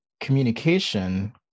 communication